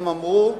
הם אמרו: